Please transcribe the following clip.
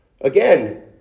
Again